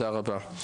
תודה רבה.